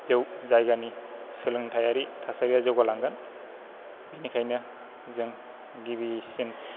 जौ जायगानि सोलोंथायारि थासारिया जौगालांगोन बेनिखायनो जों गिबिसिन